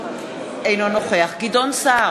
אינו נוכח גדעון סער,